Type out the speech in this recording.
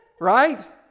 Right